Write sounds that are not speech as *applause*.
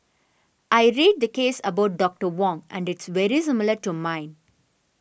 I read the case about Doctor Wong and it's very *unintelligible* to mine